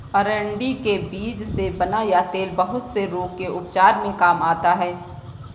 अरंडी के बीज से बना यह तेल बहुत से रोग के उपचार में काम आता है